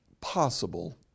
possible